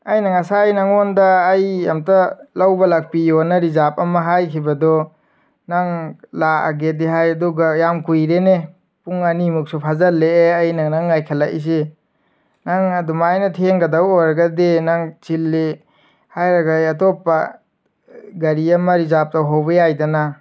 ꯑꯩꯅ ꯉꯁꯥꯏ ꯅꯉꯣꯟꯗ ꯑꯩ ꯑꯃꯨꯛꯇ ꯂꯧꯕ ꯂꯥꯛꯄꯤꯌꯨ ꯍꯥꯏꯅ ꯔꯤꯖꯥꯞ ꯑꯃ ꯍꯥꯏꯈꯤꯕꯗꯣ ꯅꯪ ꯂꯥꯛꯑꯒꯦꯗꯤ ꯍꯥꯏ ꯑꯗꯨꯒ ꯌꯥꯝ ꯀꯨꯏꯔꯦꯅꯦ ꯄꯨꯡ ꯑꯅꯤꯃꯨꯛꯁꯨ ꯐꯖꯤꯜꯂꯛꯑꯦ ꯑꯩꯅ ꯅꯪ ꯉꯥꯏꯈꯠꯂꯛꯏꯁꯦ ꯅꯪ ꯑꯗꯨꯃꯥꯏꯅ ꯊꯦꯡꯒꯗꯕ ꯑꯣꯏꯔꯒꯗꯤ ꯅꯪ ꯆꯤꯜꯂꯤ ꯍꯥꯏꯔꯒ ꯑꯩ ꯑꯇꯣꯞꯄ ꯒꯥꯔꯤ ꯑꯃ ꯔꯤꯖꯥꯞ ꯇꯧꯍꯧꯕ ꯌꯥꯏꯗꯅꯥ